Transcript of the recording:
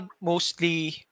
mostly